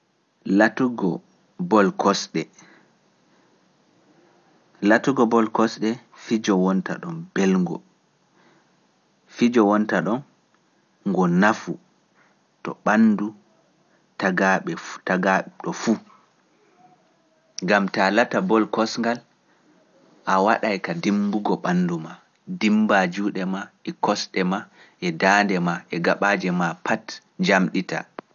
Latugo bol kosɗe fijo wonta ɗon belngo, fijo wonta ɗon ngo nafu to ɓanndu tagaaɓe fu. gam ta lata bol kosngal a waɗay ka dimmbugo ɓanndu ma dimmba juuɗe ma e kosɗe ma e daande ma e gaɓaaje ma pat njamɗita.